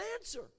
answer